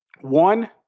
One